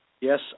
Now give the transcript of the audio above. yes